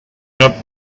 not